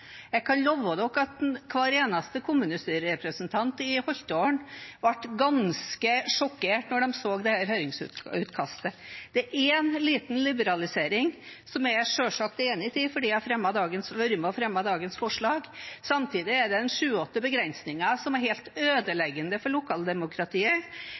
Jeg kan love salen at hver eneste kommunestyrerepresentant i Holtålen ble ganske sjokkert da de så dette høringsutkastet. Det er en liten liberalisering, som jeg selvsagt er enig i, fordi jeg har vært med på å fremme dagens forslag. Samtidig er det en sju–åtte begrensninger som er helt